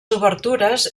obertures